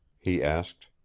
he asked.